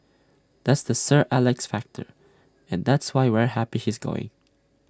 that's the sir Alex factor and that's why we're happy he's going